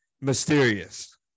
mysterious